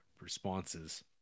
responses